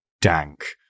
dank